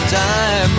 time